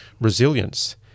resilience